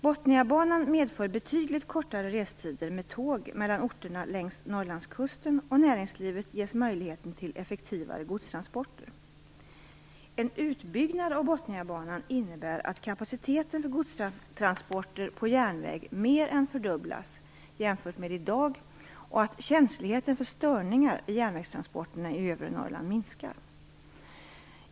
Botniabanan medför betydligt kortare restider med tåg mellan orterna längs Norrlandskusten, och näringslivet ges möjligheten till effektivare godstransporter. En utbyggnad av Botniabanan innebär att kapaciteten för godstransporter på järnväg mer än fördubblas jämfört med i dag och att känsligheten för störningar i järnvägstransporterna i övre Norrland minskar.